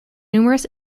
numerous